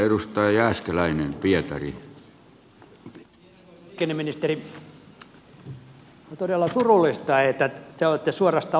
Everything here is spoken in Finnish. arvoisa liikenneministeri on todella surullista että te olette suorastaan lopettamassa yksityisteiden määrärahat